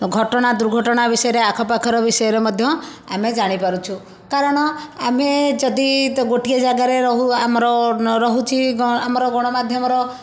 ଘଟଣା ଦୁର୍ଘଟଣା ବିଷୟରେ ଆଖ ପାଖର ବିଷୟରେ ମଧ୍ୟ ଆମେ ଜାଣିପାରୁଛୁ କାରଣ ଆମେ ଯଦି ଗୋଟିଏ ଜାଗାରେ ରହୁ ଆମର ରହୁଛି ଆମର ଗଣମାଧ୍ୟମର